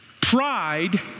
pride